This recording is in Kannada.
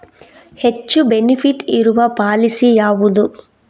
ಹೆಚ್ಚು ಬೆನಿಫಿಟ್ ಇರುವ ಪಾಲಿಸಿ ಯಾವುದು?